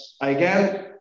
again